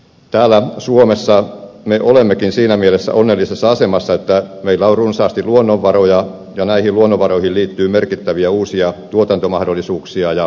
täällä suomessa me olemmekin siinä mielessä onnellisessa asemassa että meillä on runsaasti luonnonvaroja ja näihin luonnonvaroihin liittyy merkittäviä uusia tuotantomahdollisuuksia ja markkinoita